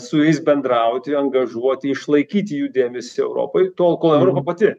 su jais bendrauti angažuoti išlaikyti jų dėmesį europoj tol kol europa pati